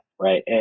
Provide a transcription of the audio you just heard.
Right